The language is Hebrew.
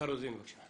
מיכל רוזין, בבקשה.